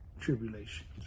tribulations